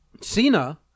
Cena